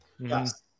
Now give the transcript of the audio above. Yes